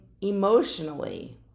emotionally